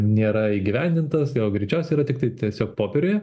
nėra įgyvendintas jo greičiausiai yra tiktai tiesiog popieriuje